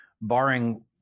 barring